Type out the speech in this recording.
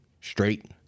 straight